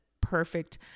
perfect